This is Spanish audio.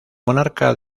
monarca